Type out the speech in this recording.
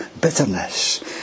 bitterness